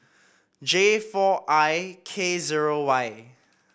J four I K zero Y